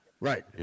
Right